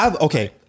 Okay